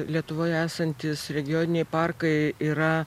lietuvoje esantys regioniniai parkai yra